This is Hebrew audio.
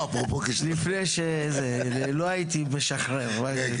לא הייתי משחרר.